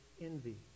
envy